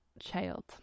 child